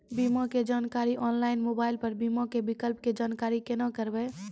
बीमा के जानकारी ऑनलाइन मोबाइल पर बीमा के विकल्प के जानकारी केना करभै?